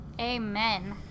amen